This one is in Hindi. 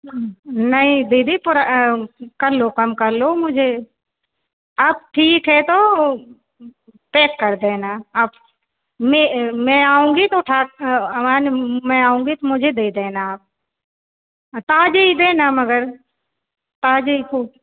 नहीं दीदी थोड़ा कर लो कम कर लो मुझे अब ठीक है तो पैक कर देना आप नी मैं आऊँगी तो उठा आवाज़ मैं आऊँगी तो मुझे दे देना हाँ ताज़ा ही देना मगर ताज़ा ही फूल